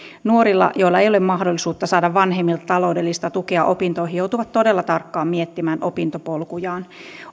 nuoret joilla ei ole mahdollisuutta saada vanhemmilta taloudellista tukea opintoihin joutuvat todella tarkkaan miettimään opintopolkujaan